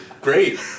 great